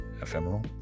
Ephemeral